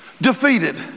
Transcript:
defeated